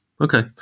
Okay